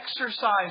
exercise